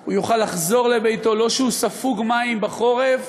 הוא יוכל לחזור לביתו לא כשהוא ספוג מים בחורף